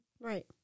Right